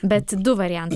bet du variantai